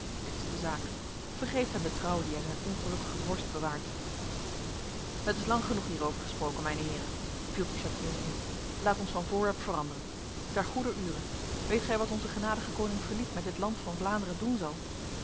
dit is de zaak vergeeft hem de trouw die hij zijn ongelukkige vorst bewaart het is lang genoeg hierover gesproken mijne heren viel de chatillon in laat ons van voorwerp veranderen ter goeder ure weet gij wat onze genadige koning philippe met dit land van vlaanderen doen zal